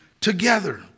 together